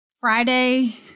Friday